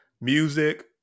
music